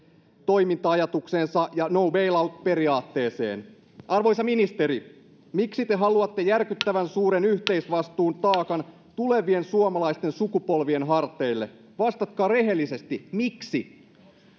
toiminta ajatukseensa ja no bail out periaatteeseen arvoisa ministeri miksi te haluatte järkyttävän suuren yhteisvastuun taakan tulevien suomalaisten sukupolvien harteille vastatkaa rehellisesti miksi